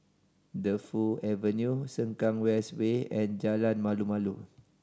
Defu Avenue Sengkang West Way and Jalan Malu Malu